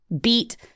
beat